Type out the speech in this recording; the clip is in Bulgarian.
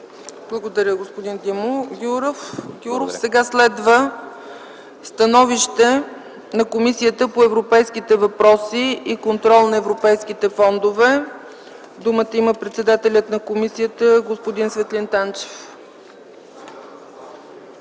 Благодаря на господин Димо Гяуров. Следва становище на Комисията по европейските въпроси и контрол на европейските фондове. Има думата председателят на комисията господин Светлин Танчев.